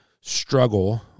struggle